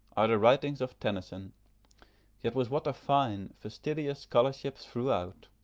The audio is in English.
are the writings of tennyson yet with what a fine, fastidious scholarship throughout!